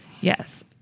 Yes